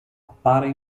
appare